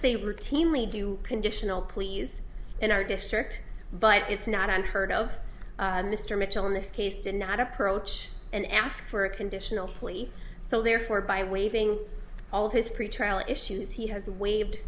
they routinely do conditional pleas in our district but it's not unheard of mr mitchell in this case did not approach and ask for a conditional plea so therefore by waiving all his pretrial issues he has waived